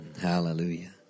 Hallelujah